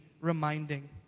reminding